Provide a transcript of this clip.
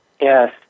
Yes